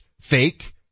fake